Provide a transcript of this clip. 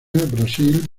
brasil